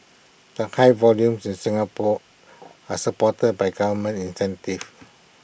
the high volumes in Singapore are supported by government incentives